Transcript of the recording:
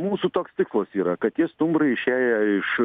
mūsų toks tikslas yra kad tie stumbrai išėję iš